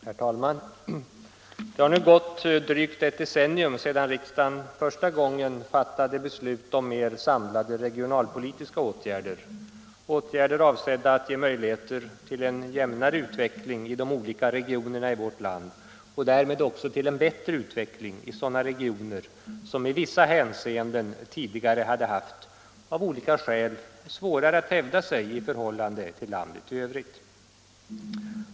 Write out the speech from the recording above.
Herr talman! Det har nu gått drygt ett decennium sedan riksdagen första gången fattade beslut om mer samlade regionalpolitiska åtgärder — åtgärder avsedda att ge möjligheter till en jämnare utveckling i de olika regionerna i vårt land och därmed också till en bättre utveckling i sådana regioner som i vissa hänseenden tidigare hade haft, av olika skäl, svårare att hävda sig i förhållande till landet i övrigt.